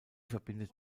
verbindet